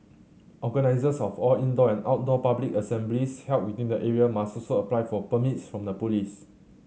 organisers of all indoor and outdoor public assemblies held within the area must also apply for permits from the police